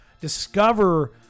discover